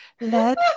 let